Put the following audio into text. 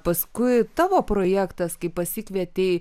paskui tavo projektas kai pasikvietei